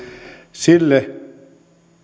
sille